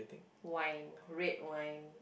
wine red wine